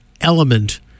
element